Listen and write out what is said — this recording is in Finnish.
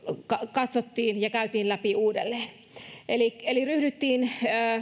katsottiin ja käytiin läpi uudelleen eli eli ryhdyttiin